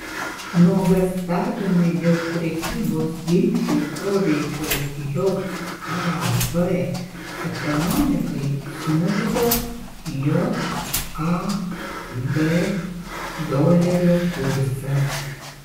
nuogąstavimai dėl prekybos ginčų poveikio jav ekonomikai smukdo jav dolerio kursą